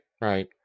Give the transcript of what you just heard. right